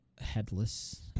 Headless